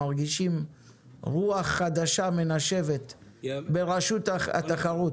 מרגישים רוח חדשה מנשבת ברשות התחרות.